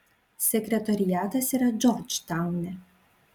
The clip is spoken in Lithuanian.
sekretoriatas yra džordžtaune